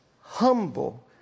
humble